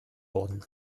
worden